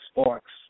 sparks